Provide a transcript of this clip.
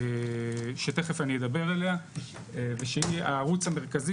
שתכף אני אדבר עליה ושהיא הערוץ המרכזי